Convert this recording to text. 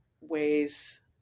ways